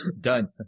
Done